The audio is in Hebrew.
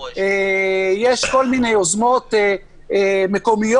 יש כל מיני יוזמות מקומיות,